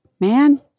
man